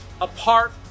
apart